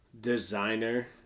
designer